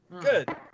Good